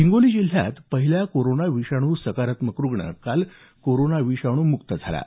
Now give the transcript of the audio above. हिंगोली जिल्ह्यात पहिला कोरोना विषाणू सकारात्मक रूग्ण काल कोरोना विषाणूमुक्त झाला आहे